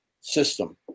system